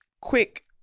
quick